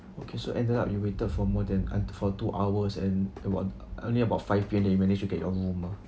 okay so ended up you waited for more than um for two hours and at on~ only about five P_M then you managed to get your ah